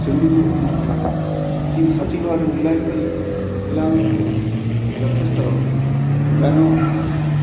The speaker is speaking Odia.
ସେଗୁଡ଼ିକୁ ଠିକ୍ ସଠିକ ଭାବରେ ମୂଲ୍ୟାୟନ କରି ପିଲାମାନଙ୍କୁ ଯଥେଷ୍ଟ ଜ୍ଞାନ